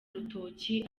rutoki